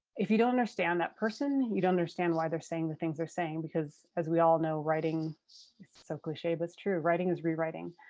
if you don't understand that person, you don't understand why they're saying the things they're saying because as we all know writing this is so cliche, but it's true writing is rewriting.